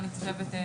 אני חושבת.